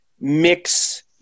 mix